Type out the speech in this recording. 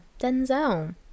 Denzel